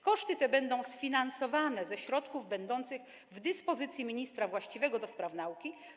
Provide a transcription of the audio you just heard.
Koszty te będą sfinansowane ze środków będących w dyspozycji ministra właściwego do spraw nauki.